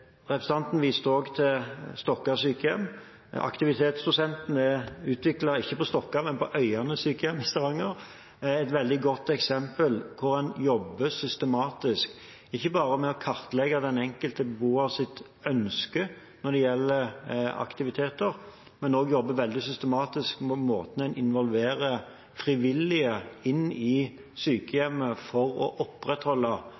Representanten viste også til Stokka sykehjem. «Aktivitetsdosetten» er ikke utviklet på Stokka, men på Øyane sykehjem i Stavanger, og er et veldig godt eksempel på hvordan man jobber systematisk ikke bare med å kartlegge den enkelte beboers ønske når det gjelder aktiviteter, men også jobber veldig systematisk med måten man involverer frivillige inn i